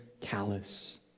callous